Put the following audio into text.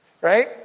right